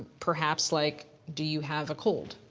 perhaps, like, do you have a cold?